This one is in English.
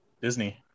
Disney